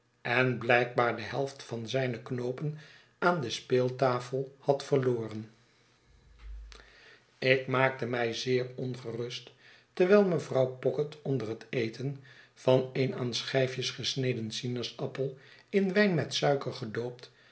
en blijkbaar de helft van zijne knoopen aan de speeltafel had verloren ik maakte mij zeer ongerust terwijl mevrouw pocket onder het eten van een aan schijfjes gesneden sinaasappel in wijn met suiker gedoopt